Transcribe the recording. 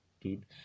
dude